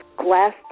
glass